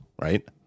right